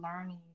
learning